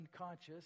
unconscious